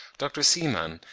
dr. seemann,